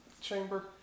chamber